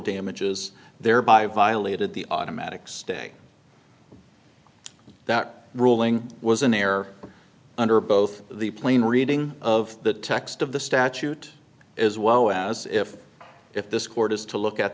damages thereby violated the automatic stay that ruling was an air under both the plain reading of the text of the statute as well as if if this court is to look at